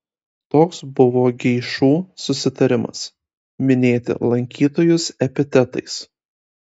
toks buvo geišų susitarimas minėti lankytojus epitetais